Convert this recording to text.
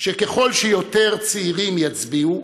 שככל שיותר צעירים יצביעו,